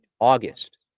August